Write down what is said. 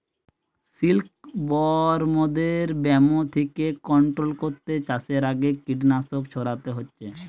সিল্কবরমদের ব্যামো থিকে কন্ট্রোল কোরতে চাষের আগে কীটনাশক ছোড়াতে হচ্ছে